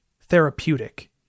therapeutic